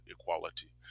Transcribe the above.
equality